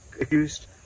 accused